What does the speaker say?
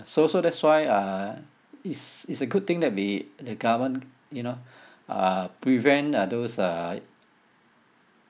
so so that's why uh it's it's a good thing the we the government you know uh prevent uh those uh